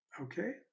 Okay